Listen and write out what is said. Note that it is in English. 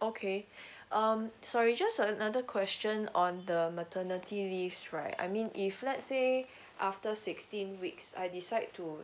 okay um sorry just another question on the maternity leave right I mean if let's say after sixteen weeks I decide to